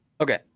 Okay